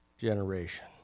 generation